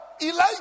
Elijah